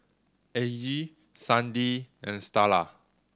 Aggie Sandi and Starla